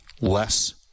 less